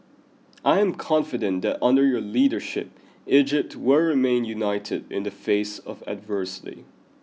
I am confident that under your leadership Egypt will remain united in the face of adversity